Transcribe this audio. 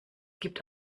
gibt